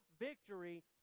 victory